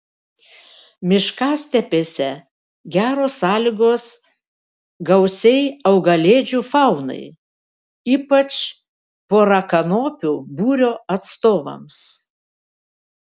miškastepėse geros sąlygos gausiai augalėdžių faunai ypač porakanopių būrio atstovams